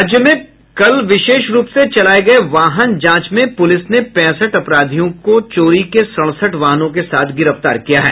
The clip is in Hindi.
राज्य में कल विशेष रूप से चलाये गये वाहन जांच में पुलिस ने पैंसठ अपराधियों को चोरी के सड़सठ वाहनों के साथ गिरफ्तार किया है